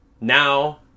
Now